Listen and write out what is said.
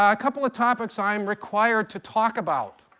ah couple of topics i'm required to talk about.